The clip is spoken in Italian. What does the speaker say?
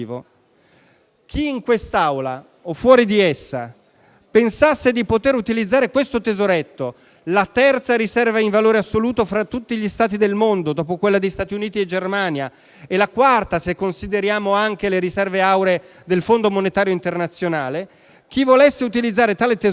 Chi in quest'Aula o fuori di essa pensasse di poter utilizzare questo tesoretto - la terza riserva in valore assoluto fra tutti gli Stati del mondo, dopo quella di Stati Uniti e Germania, e la quarta se consideriamo anche le riserve auree del Fondo monetario internazionale - non ha forse chiaro che tipo